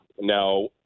Now